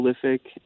prolific